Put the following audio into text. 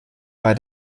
bei